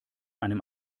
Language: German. einem